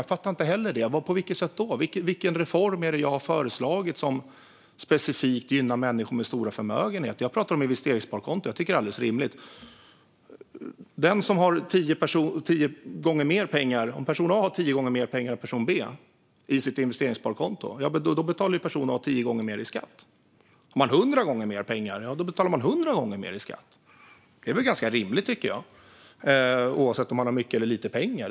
Jag fattar inte det heller. På vilket sätt då? Vilken reform är det som jag har föreslagit som specifikt gynnar människor med stora förmögenheter? Jag talar om investeringssparkonto. Jag tycker att det är alldeles rimligt. Om person A har tio gånger mer pengar än person B på sitt investeringssparkonto betalar person A tio gånger mer i skatt. Har man hundra gånger mer pengar betalar man hundra gånger mer i skatt. Det är väl ganska rimligt oavsett om man har mycket eller lite pengar.